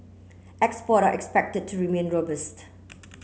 export are expected to remain robust